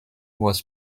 was